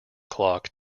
clock